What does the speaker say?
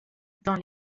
dans